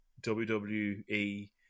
WWE